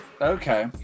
Okay